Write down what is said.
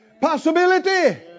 possibility